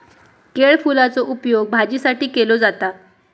केळफुलाचो उपयोग भाजीसाठी केलो जाता